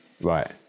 Right